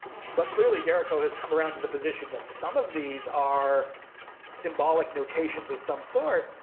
but clearly d'errico has come around to the position that some of these are symbolic notations of some sort.